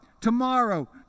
tomorrow